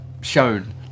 shown